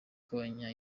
kagabanya